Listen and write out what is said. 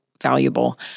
valuable